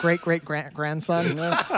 great-great-grandson